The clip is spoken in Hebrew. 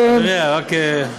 ממשיך.